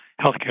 healthcare